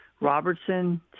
Robertson